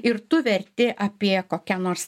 ir tu verti apie kokią nors